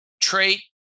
trait